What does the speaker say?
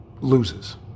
loses